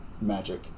magic